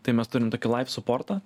tai mes turim tokį laif suportą